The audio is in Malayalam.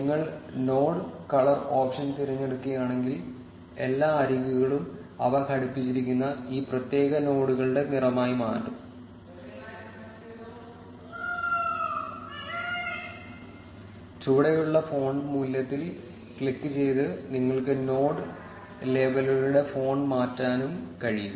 നിങ്ങൾ നോഡ് കളർ ഓപ്ഷൻ തിരഞ്ഞെടുക്കുകയാണെങ്കിൽ എല്ലാ അരികുകളും അവ ഘടിപ്പിച്ചിരിക്കുന്ന ഈ പ്രത്യേക നോഡുകളുടെ നിറമായി മാറും ചുവടെയുള്ള ഫോണ്ട് മൂല്യത്തിൽ ക്ലിക്കുചെയ്ത് നിങ്ങൾക്ക് നോഡ് ലേബലുകളുടെ ഫോണ്ട് മാറ്റാനും കഴിയും